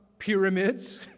pyramids